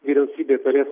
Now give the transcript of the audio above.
vyriausybė turės